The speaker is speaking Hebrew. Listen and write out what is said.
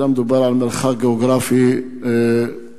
אלא מדובר על מרחק גיאוגרפי גדול,